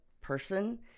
person